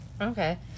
Okay